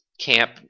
Camp